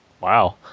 Wow